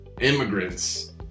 immigrants